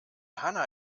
hanna